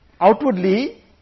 Outwardly